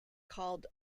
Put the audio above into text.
called